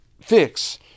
fix